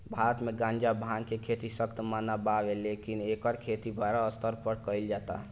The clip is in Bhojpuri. भारत मे गांजा, भांग के खेती सख्त मना बावे लेकिन एकर खेती बड़ स्तर पर कइल जाता